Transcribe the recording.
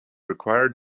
required